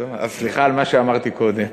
אז סליחה על מה שאמרתי קודם.